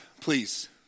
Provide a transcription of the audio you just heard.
Please